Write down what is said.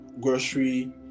grocery